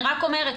אני רק אומרת,